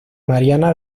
mariana